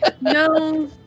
No